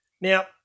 Now